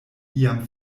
iam